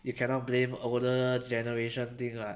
you cannot blame older generation thing ah